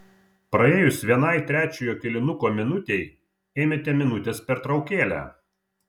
praėjus vienai trečiojo kėlinuko minutei ėmėte minutės pertraukėlę